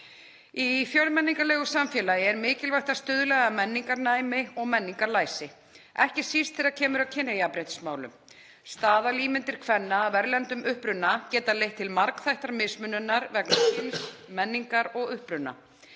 Í fjölmenningarlegu samfélagi er mikilvægt að stuðla að menningarnæmi og menningarlæsi, ekki síst þegar kemur að kynjajafnréttismálum. Staðalímyndir kvenna af erlendum uppruna geta leitt til margþættrar mismununar vegna kyns, menningar og uppruna.